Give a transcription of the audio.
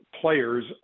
players